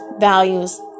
values